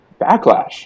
Backlash